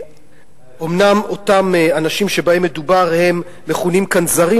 אומנם אותם אנשים שבהם מדובר מכונים כאן זרים,